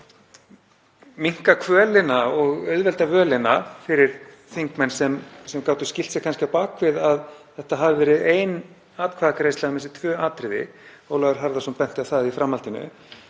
til að minnka kvölina og auðvelda völina fyrir þingmenn sem gátu kannski skýlt sér á bak við að þetta hafi verið ein atkvæðagreiðsla um þessi tvö atriði — Ólafur Harðarson benti á það í framhaldinu